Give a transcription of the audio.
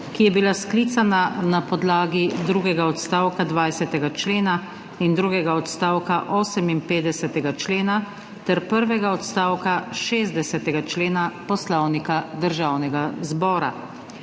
ki je bila sklicana na podlagi drugega odstavka 20. člena in drugega odstavka 58. člena ter prvega odstavka 60. člena Poslovnika Državnega zbora.